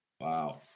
wow